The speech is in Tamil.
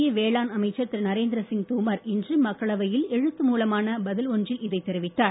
மத்திய வேளாண் அமைச்சர் திரு நரேந்திர சிங் தோமர் இன்று மக்களவையில் எழுத்து மூலமான பதில் ஒன்றில் இதைத் தெரிவித்தார்